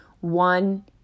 one